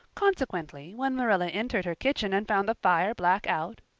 consequently, when marilla entered her kitchen and found the fire black out,